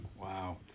Wow